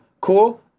Cool